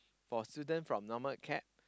for student from normal acad